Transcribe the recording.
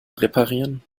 reparieren